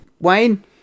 Wayne